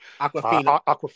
Aquafina